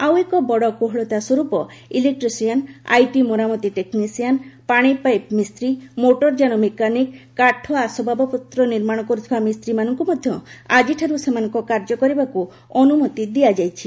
ଆଉ ଏକ ବଡ଼ କୋହଳତା ସ୍ୱର୍ପ ଇଲେକ୍ଟ୍ରିସିଆନ୍ ଆଇଟି ମରାମତି ଟେକ୍ସିସାନ୍ ପାଣିପାଇପ ମିସ୍ତ୍ରୀ ମୋଟରଯାନ ମେକାନିକ୍ କାଠ ଆସବାବପତ୍ର ନିର୍ମାଣ କରୁଥିବା ମିସ୍ତ୍ରୀମାନଙ୍କୁ ମଧ୍ୟ ଆଜିଠାରୁ ସେମାନଙ୍କ କାର୍ଯ୍ୟ କରିବାକୁ ଅନୁମତି ଦିଆଯାଇଛି